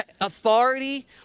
authority